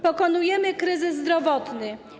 Pokonujemy kryzys zdrowotny.